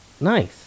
nice